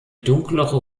dunklere